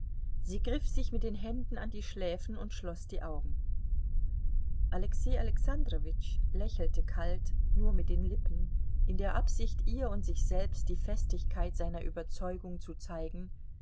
sie griff sich mit den händen an die schläfen und schloß die augen alexei alexandrowitsch lächelte kalt nur mit den lippen in der absicht ihr und sich selbst die festigkeit seiner überzeugung zu zeigen